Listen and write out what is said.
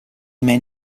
man